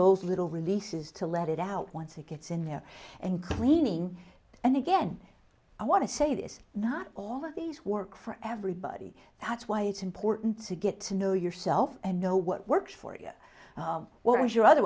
those little releases to let it out once it gets in there and cleaning and again i want to say this not all of these work for everybody that's why it's important to get to know yourself and know what works for you whereas your other